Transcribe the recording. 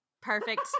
perfect